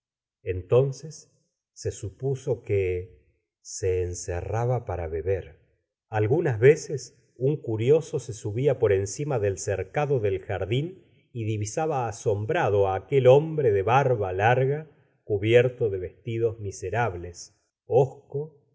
entonces se s upuso q ue se encerraba para beber al g una s veces un curioso se subia por encima del cer cado del jardín y divisaba asombrado á aquel hombre de ba rba larga c ubierto de vestidos misera bles hosco